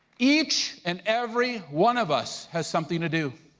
each and every one of us has something to do,